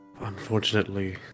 unfortunately